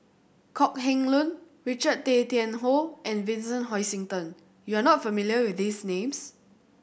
Kok Heng Leun Richard Tay Tian Hoe and Vincent Hoisington you are not familiar with these names